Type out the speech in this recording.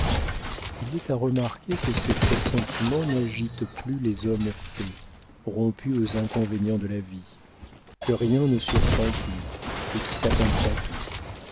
il est à remarquer que ces pressentiments n'agitent plus les hommes faits rompus aux inconvénients de la vie que rien ne surprend plus et qui s'attendent à tout